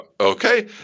okay